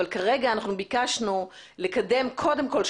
אבל כרגע אנחנו ביקשנו לקדם קודם כל,